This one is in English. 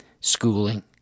schooling